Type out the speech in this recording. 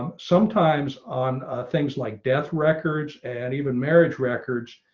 um sometimes on things like death records and even marriage records.